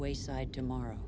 wayside tomorrow